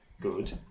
Good